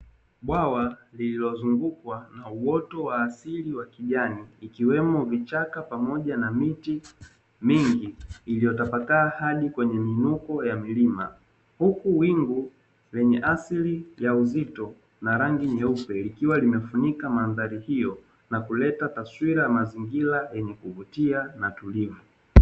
Bwawa lililozungukwa na uoto wa asili wa kijani ikiwemo vichaka pamoja na miti mingi, iliyotapakaa hadi kwenye miinuko ya milima huku wingu lenye asili ya uzito na rangi nyeupe, ikiwa imefunikamandhari hiyo na kuleta taswura ya mazingira yenye kuvutia na tulivu.